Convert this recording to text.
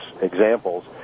examples